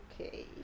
Okay